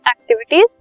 activities